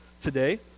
today